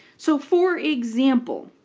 so for example,